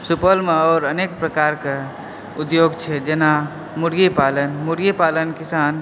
सुपौलमे आओर अनेक प्रकारके उद्योग छै जेना मुर्गी पालन मुर्गी पालन किसान